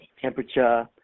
temperature